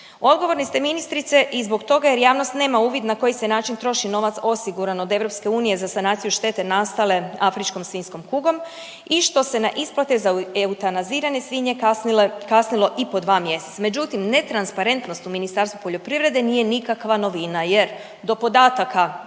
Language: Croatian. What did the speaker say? Odgovorni ste ministrice i zbog toga jer javnost nema uvid na koji se način troši novac osiguran od EU za sanaciju štete nastale afričkom svinjskom kugom i što se na isplate za eutanazirane svinje kasnilo i po dva mjeseca. Međutim, netransparentnost u Ministarstvu poljoprivrede nije nikakva novina, jer do podataka